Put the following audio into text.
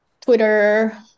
Twitter